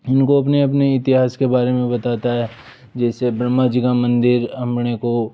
इनको अपने अपने इतिहास के बारे में बताता है जिसे ब्रह्मा जी का मंदिर अपने को